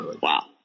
Wow